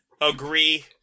agree